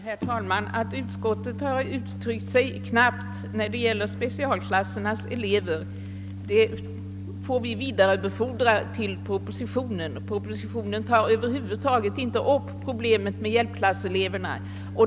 Herr talman! Anmärkningen att utskottet har uttryckt sig knappt när det gäller specialklassernas elever får vi vidarebefordra till departementet. Propositionen tar nämligen över huvud ta get inte upp problemet med hjälpklasseleverna.